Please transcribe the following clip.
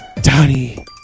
Donnie